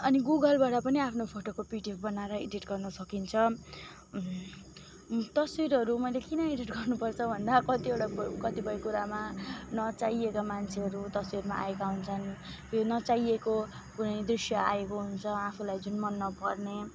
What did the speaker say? अनि गुगलबाट पनि आफ्नो फोटोको पिडिएफ बनाएर एडिट गर्नु सकिन्छ तस्बिरहरू मैले किन एडिट गर्नुपर्छ भन्दा कतिवटा कतिपय कुरामा नचाहिएका मान्छेहरू तस्बिरमा आएका हुन्छन् त्यो नचाहिएको कुनै दृश्य आएको हुन्छ आफूलाई जुन मन नपर्ने